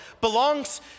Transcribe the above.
belongs